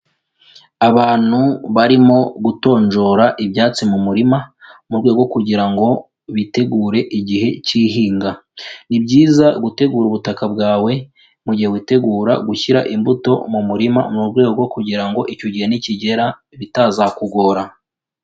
Abantu barimo gutonjora ibyatsi mu murima, mu rwego rwo kugira ngo bitegure igihe cy'ihinga. Ni byiza gutegura ubutaka bwawe, mu gihe witegura gushyira imbuto mu murima, mu rwego rwo kugira ngo icyo gihe nikigera, bitazakugora.